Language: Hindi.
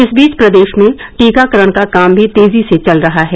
इस बीच प्रदेश में टीकाकरण का काम भी तेजी से चल रहा है